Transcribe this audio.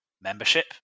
membership